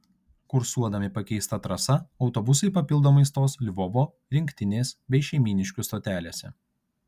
kursuodami pakeista trasa autobusai papildomai stos lvovo rinktinės bei šeimyniškių stotelėse